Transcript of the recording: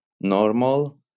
normal